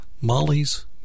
Molly's